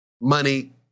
money